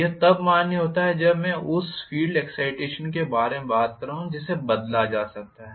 यह तब मान्य होता है जब मैं उस फील्ड एक्साइटेशन के बारे में बात कर रहा हूं जिसे बदला जा सकता है